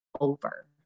over